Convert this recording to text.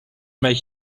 make